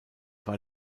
war